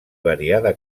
variada